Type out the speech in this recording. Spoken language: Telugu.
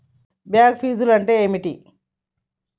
బ్యాంక్ ఫీజ్లు అంటే ఏమిటి?